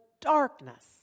darkness